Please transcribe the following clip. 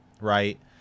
right